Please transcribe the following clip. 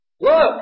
look